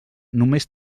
només